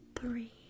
three